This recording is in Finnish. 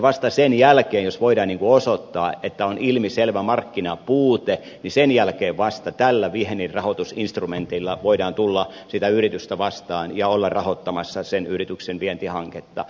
vasta sen jälkeen jos voidaan osoittaa että on ilmiselvä markkinapuute tällä vienninrahoitusinstrumentilla voidaan tulla sitä yritystä vastaan ja olla rahoittamassa sen yrityksen vientihanketta